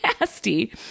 nasty